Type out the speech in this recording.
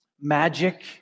Magic